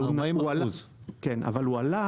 אבל הוא עלה